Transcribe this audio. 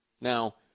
Now